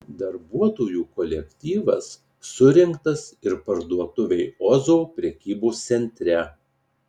darbuotojų kolektyvas surinktas ir parduotuvei ozo prekybos centre